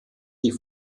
die